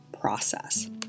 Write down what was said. process